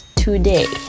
today